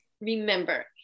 remember